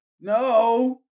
No